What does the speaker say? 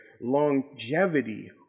longevity